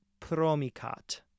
promicat